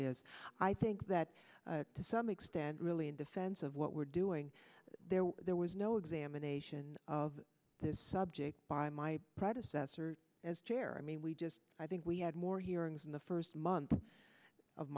is i think that to some extent really in defense of what we're doing there there was no examination of this subject by my predecessor as chair i mean we just i think we had more hearings in the first month of